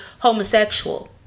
homosexual